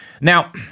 Now